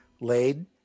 laid